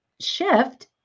shift